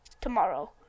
tomorrow